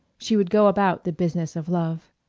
she would go about the business of love.